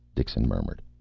dixon murmured.